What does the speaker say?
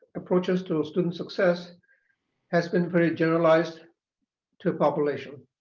approaches to student success has been very generalized to population,